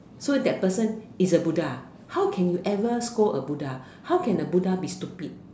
so that person is a Buddha how can you ever scold a Buddha how can the Buddha be stupid